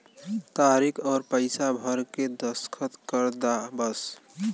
तारीक अउर पइसा भर के दस्खत कर दा बस